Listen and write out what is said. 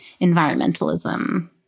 environmentalism